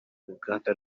uruganda